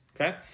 okay